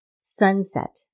sunset